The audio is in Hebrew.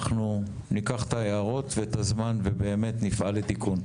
אנחנו ניקח את ההערות ואת הזמן ובאמת נפעל לתיקון.